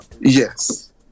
Yes